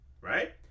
right